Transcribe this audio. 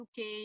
UK